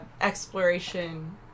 exploration